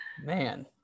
Man